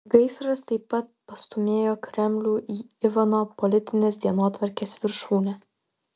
gaisras taip pat pastūmėjo kremlių į ivano politinės dienotvarkės viršūnę